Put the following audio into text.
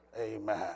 Amen